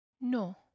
no